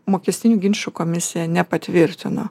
mokestinių ginčų komisija nepatvirtino